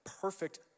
perfect